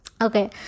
okay